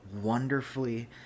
wonderfully